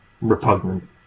repugnant